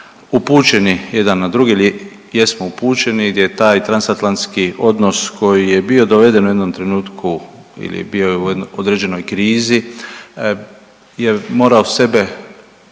upućeni jedan na drugi ili jer smo upućeni gdje je taj transatlantski odnos koji je bio doveden u jednom trenutku ili bio je određenoj krizi je morao sebe